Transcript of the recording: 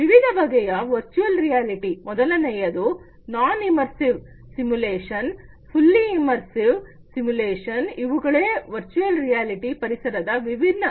ವಿವಿಧ ಬಗೆಯ virtual reality ಮೊದಲನೆಯದು non immersive simulation fully immersive simulation ಇವುಗಳೇ ವರ್ಚುಯಲ್ ರಿಯಾಲಿಟಿ ಪರಿಸರದ ವಿಭಿನ್ನ ಪ್ರಕಾರಗಳಾಗಿವೆ